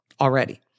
already